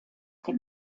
der